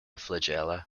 flagella